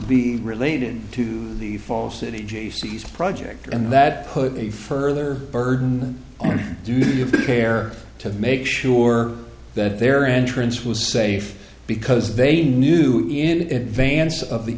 be related to the fall city jaycee's project and that put a further burden on duty of care to make sure that their entrance was safe because they knew in advance of the